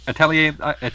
Atelier